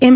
એમ